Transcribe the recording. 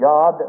God